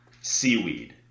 seaweed